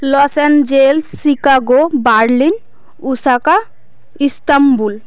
Los Angeles Chicago Berlin Osaka Istanbul